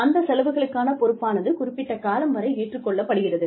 அந்த செலவுகளுக்கான பொறுப்பானது குறிப்பிட்ட காலம் வரை ஏற்றுக் கொள்ளப்படுகிறது